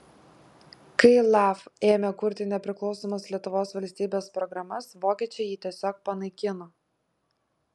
kai laf ėmė kurti nepriklausomos lietuvos valstybės programas vokiečiai jį tiesiog panaikino